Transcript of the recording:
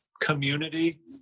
community